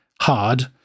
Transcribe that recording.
hard